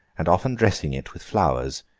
and often dressing it with flowers,